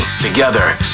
Together